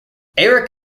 erik